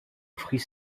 offrit